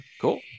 Cool